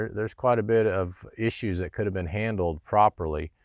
there's quite a bit of issues that could've been handled properly